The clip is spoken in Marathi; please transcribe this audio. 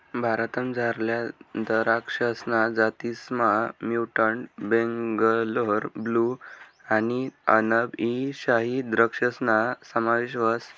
भारतमझारल्या दराक्षसना जातीसमा म्युटंट बेंगलोर ब्लू आणि अनब ई शाही द्रक्षासना समावेश व्हस